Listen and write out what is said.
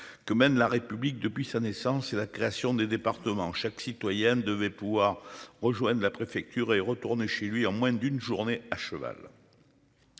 que mène la République depuis sa naissance et la création des départements, chaque citoyen devait pouvoir rejoindre la préfecture est retourné chez lui en moins d'une journée à cheval.